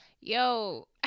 yo